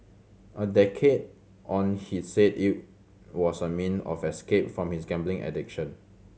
a decade on he said it was a mean of escape from his gambling addiction